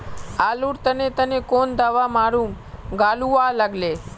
आलूर तने तने कौन दावा मारूम गालुवा लगली?